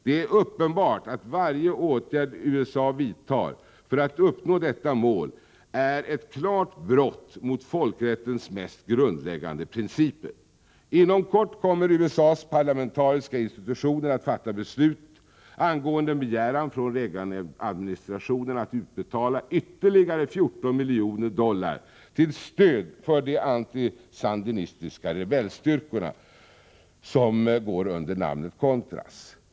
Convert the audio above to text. Det är uppenbart att varje åtgärd USA vidtar för att uppnå detta mål är ett klart brott mot folkrättens mest grundläggande principer. Inom kort kommer USA:s parlamentariska institutioner att fatta beslut angående en begäran från Reaganadministrationen att utbetala ytterligare 14 miljoner dollar till stöd för de antisandinistiska rebellstyrkor som går under namnet contras.